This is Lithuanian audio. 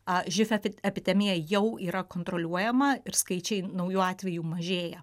živ epidemija jau yra kontroliuojama ir skaičiai naujų atvejų mažėja